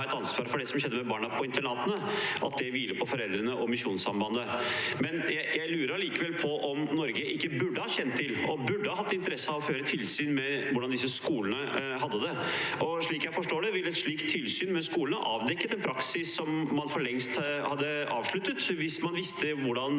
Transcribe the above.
et ansvar for det som skjedde med barna på internatene, at det hviler på foreldrene og Misjonssambandet, men jeg lurer allikevel på om Norge ikke burde ha kjent til og hatt interesse av å føre tilsyn med hvordan barna hadde det på disse skolene. Slik jeg forstår det, ville et slikt tilsyn med skolene avdekket en praksis som man for lengst hadde avsluttet hvis man visste hva